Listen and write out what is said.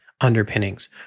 underpinnings